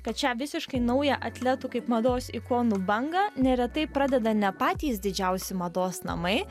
kad šią visiškai naują atletų kaip mados ikonų bangą neretai pradeda ne patys didžiausi mados namai